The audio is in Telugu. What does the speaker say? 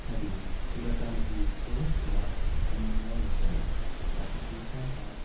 అది చూడటానికి ఎంతో విలాసవంతంగా ఉంటుంది అది చూశాక